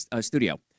studio